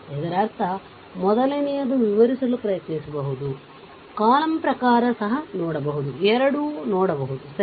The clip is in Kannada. ಇದರರ್ಥ ಮೊದಲನೆಯದು ವಿವರಿಸಲು ಪ್ರಯತ್ನಿಸಬಹುದು ಕಾಲಮ್ ಪ್ರಕಾರ ಸಹ ನೋಡಬಹುದು ಎರಡೂ ನೋಡಬಹುದು ಸರಿ